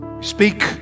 Speak